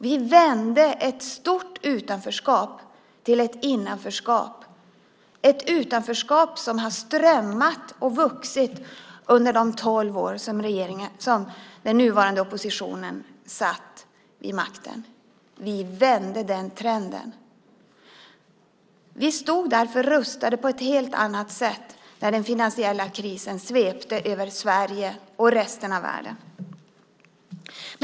Vi vände ett stort utanförskap till ett innanförskap - ett utanförskap som strömmade och växte under de tolv år som den nuvarande oppositionen satt vid makten. Vi vände den trenden. Vi stod därför rustade på ett helt annat sätt när den finansiella krisen svepte över Sverige och resten av världen.